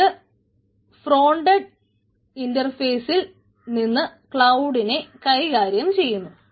അത് ഫ്രോണ്ടഡ് ഇൻറർഫേസിൽ നിന്ന് ക്ലൌഡിനെ കൈകാര്യം ചെയ്യുന്നു